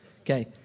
Okay